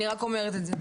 אני רק אומרת את זה.